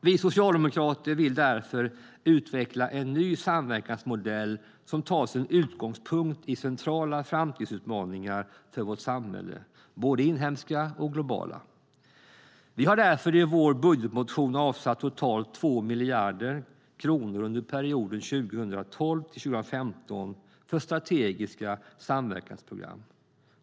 Vi socialdemokrater vill därför utveckla en ny samverkansmodell som tar sin utgångspunkt i centrala framtidsutmaningar för vårt samhälle - både inhemska och globala. Vi har därför i vår budgetmotion avsatt totalt 2 miljarder kronor under perioden 2012-2015 för strategiska samverkansprogram.